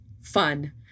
fun